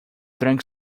drank